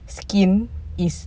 skin is